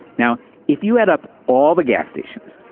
now if you add up all the gas stations,